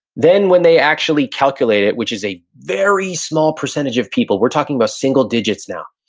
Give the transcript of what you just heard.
then, when they actually calculate it, which is a very small percentage of people. we're talking about single digits now.